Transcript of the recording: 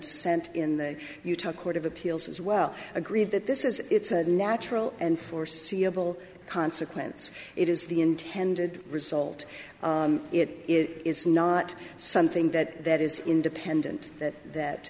dissent in the utah court of appeals as well agreed that this is it's a natural and for seeable consequence it is the intended result it is not something that that is independent that that